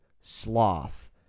sloth